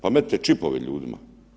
Pa metnite čipove ljudima.